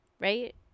Right